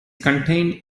contained